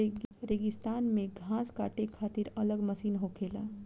रेगिस्तान मे घास काटे खातिर अलग मशीन होखेला